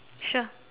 sure